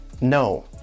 no